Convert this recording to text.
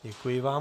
Děkuji vám.